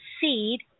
seed